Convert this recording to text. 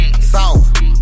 soft